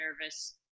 nervous